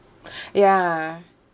ya